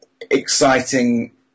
exciting